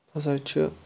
یہِ ہَسا چھِ